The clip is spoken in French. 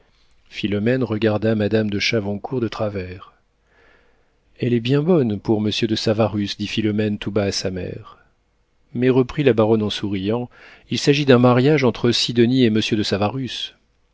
philomène regarda madame de chavoncourt de travers elle est bien bonne pour monsieur de savarus dit philomène tout bas à sa mère mais reprit la baronne en souriant il s'agit d'un mariage entre sidonie et monsieur de savarus